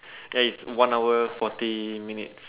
ya is one hour forty minutes